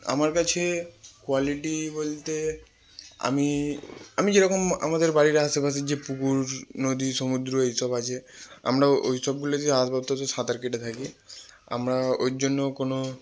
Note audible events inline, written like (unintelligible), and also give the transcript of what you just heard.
আমার কাছে কোয়ালিটি বলতে আমি আমি যেরকম আমাদের বাড়ির আশেপাশে যে পুকুর নদী সমুদ্র এইসব আছে আমরা ওইসবগুলো যেয়ে (unintelligible) সাঁতার কেটে থাকি আমরা ওই জন্য কোনও